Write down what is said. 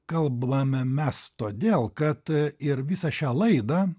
kalbame mes todėl kad ir visą šią laidą